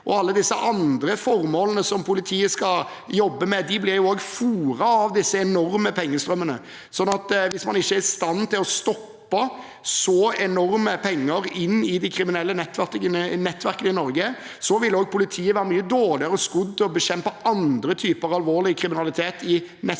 Alt dette andre som politiet skal jobbe med, blir foret med disse enorme pengestrømmene. Hvis man ikke er i stand til å stoppe så enorme pengesummer i de kriminelle nettverkene i Norge, vil også politiet være mye dårligere skodd til å bekjempe andre typer alvorlig kriminalitet i neste